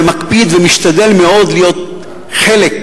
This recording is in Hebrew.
מקפיד ומשתדל מאוד להיות חלק,